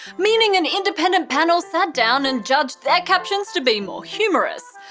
meaning an independent panel sat down and judged their captions to be more humourous.